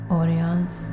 audience